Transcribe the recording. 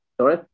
Sorry